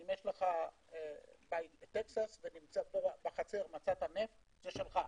אם בטקסס מצאת נפט בחצר זה שלך.